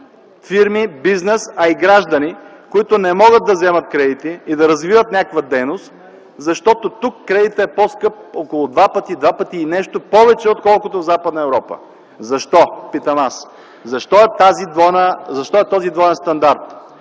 фирми, бизнес, а и граждани, които не могат да вземат кредити и да развиват някаква дейност, защото тук кредитът е по-скъп около два пъти, два пъти и нещо повече, отколкото в Западна Европа. Защо - питам аз – защо е този двоен стандарт?!